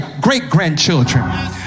great-grandchildren